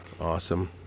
Awesome